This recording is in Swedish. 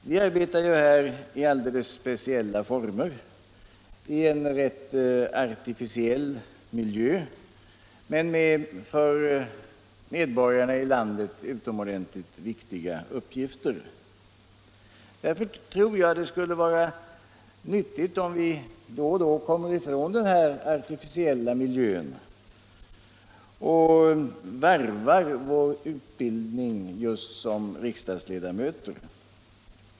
Vi arbetar här i alldeles speciella former och i en rätt artificiell miljö men med för medborgarna i landet utomordentligt viktiga uppgifter. Därför tror jag att det skulle vara nyttigt om vi då och då kom ifrån denna artificella miljö och varvade vår utbildning just som riksdagsledamöter.